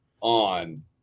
on